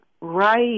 right